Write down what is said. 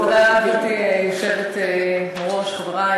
גברתי היושבת-ראש,